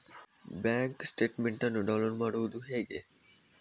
Bank statement ಅನ್ನು download ಮಾಡುವುದು ಹೇಗೆ?